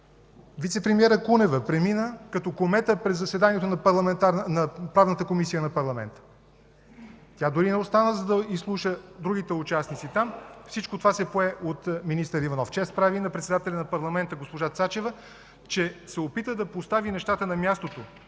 Вицепремиерът Кунева премина като комета през заседанието на Правната комисия на парламента. Тя дори не остана, за да изслуша другите участници там. Всичко това се пое от министър Иванов. Чест прави на председателя на парламента госпожа Цачева, че се опита да постави нещата на мястото